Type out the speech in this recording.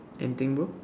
anything bro